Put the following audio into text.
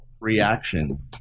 Reaction